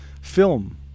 film